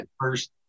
First